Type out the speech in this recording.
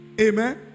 Amen